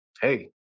Hey